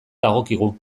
dagokigu